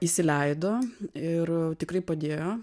įsileido ir tikrai padėjo